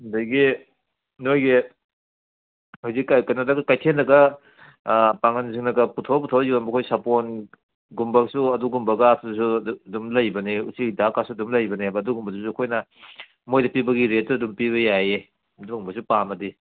ꯑꯗꯒꯤ ꯅꯣꯏꯒꯤ ꯍꯧꯖꯤꯛ ꯀꯩꯅꯣꯗꯒ ꯀꯩꯊꯦꯜꯗꯒ ꯄꯥꯡꯒꯜꯖꯤꯡꯅꯒ ꯄꯨꯊꯣꯛ ꯄꯨꯊꯣꯛꯑꯒ ꯌꯣꯟꯕ ꯑꯩꯈꯣꯏ ꯁꯥꯄꯣꯟꯒꯨꯝꯕꯁꯨ ꯑꯗꯨꯒꯨꯝꯕꯒꯗꯨꯁꯨ ꯑꯗꯨꯝ ꯂꯩꯕꯅꯦ ꯎꯆꯤ ꯍꯤꯗꯥꯛꯀꯁꯨ ꯑꯗꯨꯝ ꯂꯩꯕꯅꯦꯕ ꯑꯗꯨꯒꯨꯝꯕꯗꯨꯁꯨ ꯑꯩꯈꯣꯏꯅ ꯃꯣꯏꯗ ꯄꯤꯕꯒꯤ ꯔꯦꯠꯇꯨ ꯑꯗꯨꯝ ꯄꯤꯕ ꯌꯥꯏꯌꯦ ꯑꯗꯨꯒꯨꯝꯕꯁꯨ ꯄꯥꯝꯃꯗꯤ